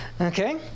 Okay